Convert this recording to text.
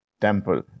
temple